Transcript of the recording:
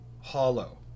hollow